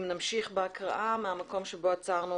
אם נמשיך בהקראה מהמקום שבו עצרנו